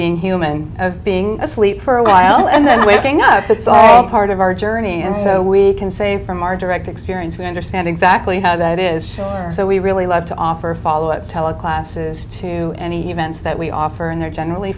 being human being asleep for a while and then waking up that's part of our journey and so we can say from our direct experience we understand exactly how that is so we really love to offer follow up tele classes to any events that we offer and they're generally